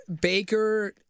Baker